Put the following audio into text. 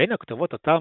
בין הכתובות אותן